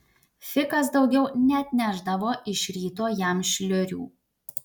fikas daugiau neatnešdavo iš ryto jam šliurių